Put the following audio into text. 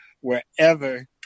wherever